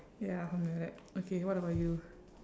ya something like that okay what about you